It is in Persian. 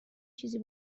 چیزی